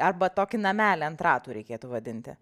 arba tokį namelį ant ratų reikėtų vadinti